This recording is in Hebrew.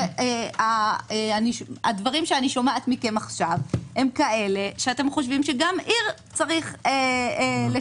על פי הדברים שאני שומעת מכם עכשיו אתם חושבים שגם עיר צריך לשמר